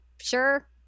Sure